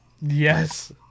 yes